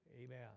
Amen